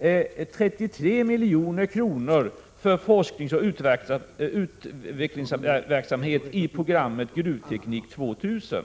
vi 33 milj.kr. för forskningsoch utvecklingsarbete i programmet Gruvteknik 2000.